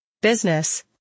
business